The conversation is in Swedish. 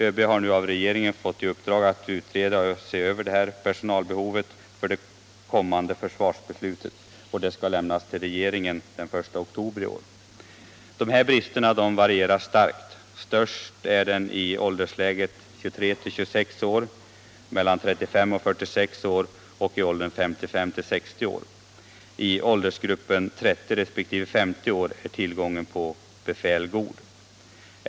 ÖB har nu av regeringen fått i uppdrag att utreda och överse personalbehovet inför det kommande försvarsbeslutet. Utredningen skall överlämnas till regeringen före den 1 oktober i år. Ifrågavarande brister varierar starkt. Störst är bristen i ålderslägena 23-26, 35-46 och 55-60 år. I åldersgrupperna 30 resp. 50 år är tillgången på befäl god.